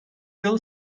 yıl